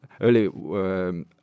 early